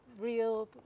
real